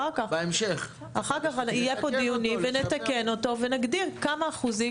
אחר כך יהיו פה דיונים ונתקן אותו ונגדיר כמה אחוזים